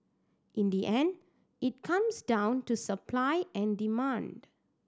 in the end it comes down to supply and demand